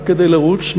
רק כדי לרוץ,